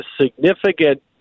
significant